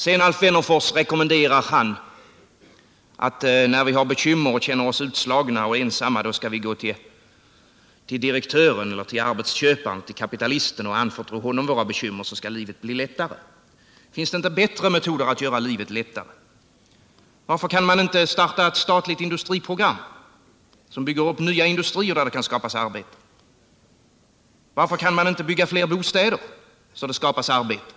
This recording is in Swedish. Sedan rekommenderar Alf Wennerfors att vi, när vi har bekymmer och känner oss utslagna och ensamma, skall gå till direktören, till arbetsköparen, till kapitalisten och anförtro honom våra bekymmer, så skall livet bli lättare. Finns det inte bättre metoder att göra livet lättare? Varför kan man inte starta ett statligt industriprogram som bygger upp nya industrier där det kan skapas arbete? Varför kan man inte bygga fler bostäder så att det skapas arbeten?